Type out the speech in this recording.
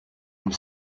une